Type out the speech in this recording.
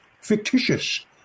fictitious